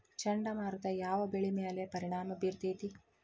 ಚಂಡಮಾರುತ ಯಾವ್ ಬೆಳಿ ಮ್ಯಾಲ್ ಪರಿಣಾಮ ಬಿರತೇತಿ?